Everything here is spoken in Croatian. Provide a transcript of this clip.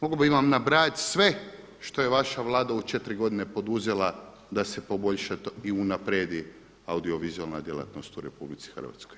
Mogao bih vam nabrajati sve što je vaša Vlada u 4 godine poduzela da se poboljša i unaprijedi audiovizualna djelatnost u RH.